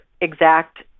exact